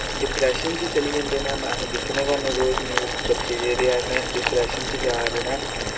depression च चली जंदे न अस दिक्खने रौह्न्ने रोज़ न्यूज़ बच्चे जेह्ड़े हैन डिप्रैशन च जा दा न